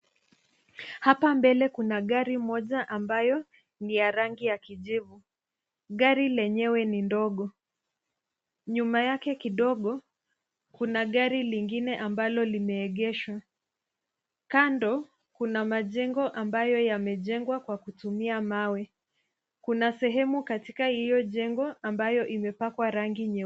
Hapa mbele kuna gari moja ambayo, ni ya rangi ya kijivu. Gari lenyewe ni ndogo. Nyuma yake kidogo, kuna gari lingine ambalo limeegeshwa. Kando kuna majengo ambayo yamejengwa kwa kutuma mawe. Kuna sehemu katika hio jengo ambayo imepakwa rangi nyeu.